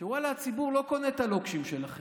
ואללה, הציבור לא קונה את הלוקשים שלכם,